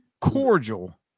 Cordial